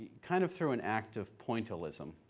kind of through an act of pointillism,